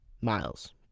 miles